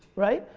right?